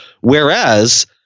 whereas